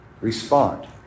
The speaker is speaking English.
respond